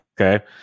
Okay